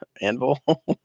anvil